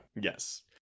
Yes